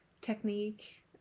technique